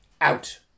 out